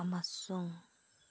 ꯑꯃꯁꯨꯡ